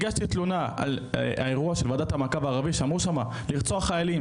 הגשתי תלונה על האירוע של ועדת המעקב הערבי שאמרו שמה לרצוח חיילים,